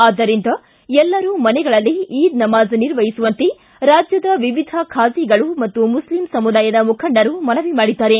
ಆದ್ದರಿಂದ ಎಲ್ಲರೂ ಮನೆಗಳಲ್ಲೇ ಈದ್ ನಮಾಜ್ ನಿರ್ವಹಿಸುವಂತೆ ರಾಜ್ಜದ ವಿವಿಧ ಖಾಝಿಗಳು ಮತ್ತು ಮುಸ್ಲಿಂ ಸಮುದಾಯದ ಮುಖಂಡರು ಮನವಿ ಮಾಡಿದ್ದಾರೆ